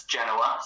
Genoa